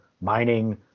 mining